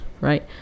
right